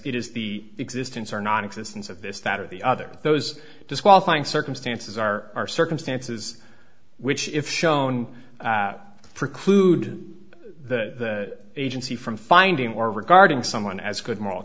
it is the existence or nonexistence of this that or the other those disqualifying circumstances are circumstances which if shown that preclude the agency from finding or regarding someone as good moral